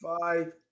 five